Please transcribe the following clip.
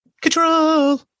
Control